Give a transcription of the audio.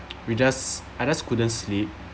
we just I just couldn't sleep